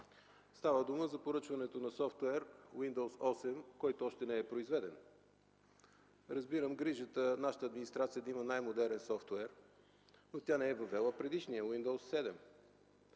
Става дума за поръчването на софтуер Windows 8, който още не е произведен. Разбирам грижата нашата администрация да има най-модерен софтуер, но тя не е въвела предишния – Windows 7,